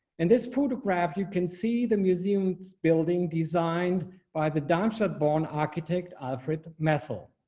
and this photograph. you can see the museum's building designed by the dancer born architect alfred muscle.